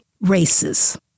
races